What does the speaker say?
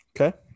Okay